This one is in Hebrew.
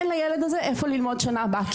אין לילד הזה איפה ללמוד בשנה הבאה,